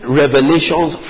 revelations